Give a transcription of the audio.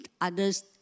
others